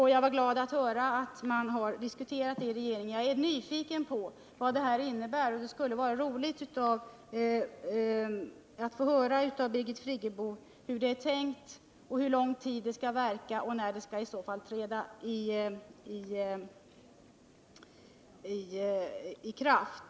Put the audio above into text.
Jag blev glad när jag hörde att man diskuterat den saken i regeringen. Jag är nyfiken på vad detta innebär, och det skulle vara roligt att få höra av Birgit Friggebo hur det är tänkt — hur lång tid det skall verka och när det skall träda i kraft.